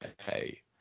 Okay